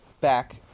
back